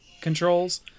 controls